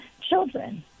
children